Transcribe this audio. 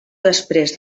després